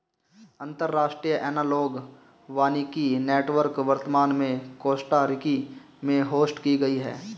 अंतर्राष्ट्रीय एनालॉग वानिकी नेटवर्क वर्तमान में कोस्टा रिका में होस्ट की गयी है